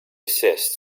desist